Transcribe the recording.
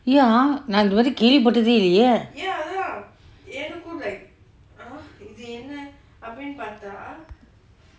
ya ந இடிவருக்கும் கேள்வி பட்டதே இல்லேயே:na itivarukkum kelvi pattate illeye